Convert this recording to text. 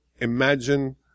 imagine